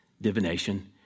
divination